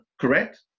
Correct